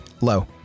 Low